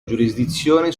giurisdizione